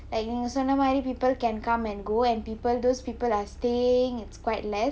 like so many can come and go and people those people are staying it's quite less